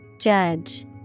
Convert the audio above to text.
Judge